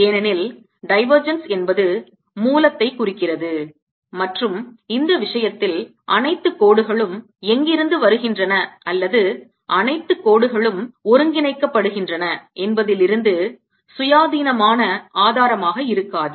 ஏனெனில் divergence என்பது மூலத்தைக் குறிக்கிறது மற்றும் இந்த விஷயத்தில் அனைத்து கோடுகளும் எங்கிருந்து வருகின்றன அல்லது அனைத்து கோடுகளும் ஒருங்கிணைக்கப்படுகின்றன என்பதிலிருந்து சுயாதீனமான ஆதாரமாக இருக்காது